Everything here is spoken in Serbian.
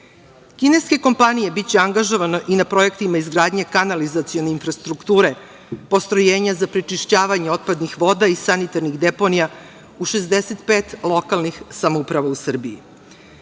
Kineske kompanije biće angažovane i na projektima izgradnje kanalizacione infrastrukture postrojenja za prečišćavanje otpadnih voda i sanitarnih deponija u 65 lokalnih samouprava u Srbiji. Kada